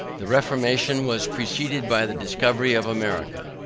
the reformation was preceded by the discovery of america,